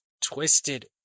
twisted